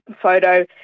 photo